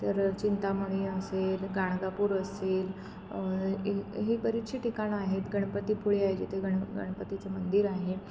तर चिंतामणी असेल गाणगापूर असेल ही ही बरीचशी ठिकाणं आहेत गणपतीपुळे आहे जिथे गण गणपतीचं मंदिर आहे